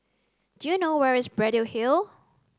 do you know where is Braddell Hill